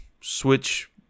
Switch